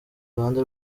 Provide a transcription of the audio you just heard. iruhande